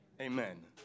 amen